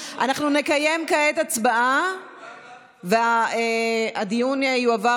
אנחנו נקיים כעת הצבעה והדיון יועבר